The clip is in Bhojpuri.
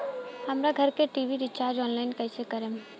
हमार घर के टी.वी रीचार्ज ऑनलाइन कैसे करेम?